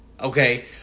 Okay